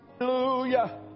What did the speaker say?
Hallelujah